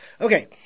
Okay